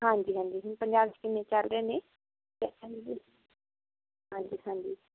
ਹਾਂਜੀ ਹਾਂਜੀ ਪੰਜਾਬ 'ਚ ਕਿੰਨੇ ਚੱਲ ਰਹੇ ਨੇ ਹਾਂਜੀ ਹਾਂਜੀ